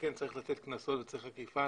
כן צריך לתת קנסות וכן צריך אכיפה,